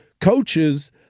coaches